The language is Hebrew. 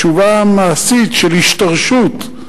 תשובה מעשית של השתרשות.